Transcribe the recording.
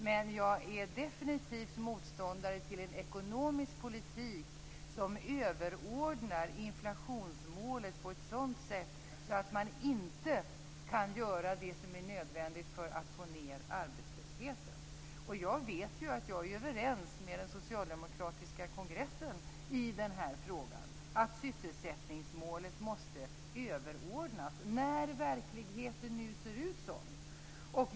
Men jag är definitivt motståndare till en ekonomisk politik som överordnar inflationsmålet på ett sådant sätt att man inte kan göra det som är nödvändigt för att få ned arbetslösheten. Jag vet också att jag är överens med den socialdemokratiska kongressen i den här frågan: Sysselsättningsmålet måste överordnas när verkligheten nu ser ut som den gör.